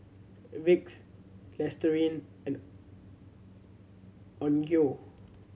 Vicks Listerine and Onkyo